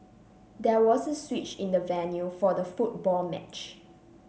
there was a switch in the venue for the football match